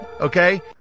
Okay